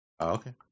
Okay